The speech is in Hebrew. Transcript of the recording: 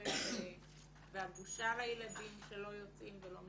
אחרי זה והבושה לילדים שלא יוצאים ולא משתתפים.